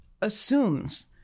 assumes